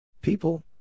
People